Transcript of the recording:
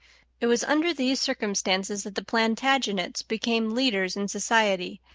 it was under these circumstances that the plantagenets became leaders in society,